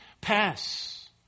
pass